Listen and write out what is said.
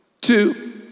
two